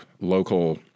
local